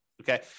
okay